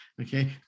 Okay